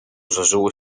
żarzyło